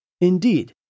Indeed